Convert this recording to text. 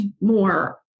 more